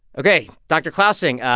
ok, dr. clausing,